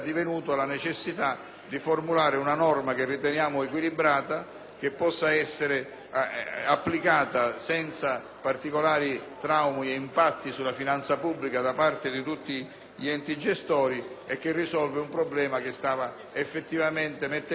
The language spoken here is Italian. applicata, senza particolari traumi e impatti sulla finanza pubblica, da parte di tutti gli enti gestori per risolvere un problema che stava mettendo effettivamente in difficoltà numerose aziende di gestione ed enti locali.